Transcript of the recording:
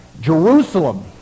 jerusalem